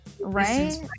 right